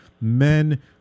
men